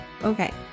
Okay